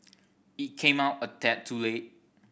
it came out a tad too late